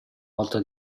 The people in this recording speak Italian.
volta